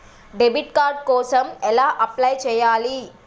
Debit card కోసం ఎలా apply చేయాలి?